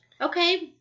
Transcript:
okay